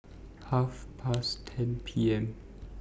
Half Past ten P M